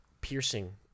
piercing